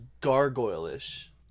gargoyle-ish